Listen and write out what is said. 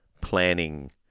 planning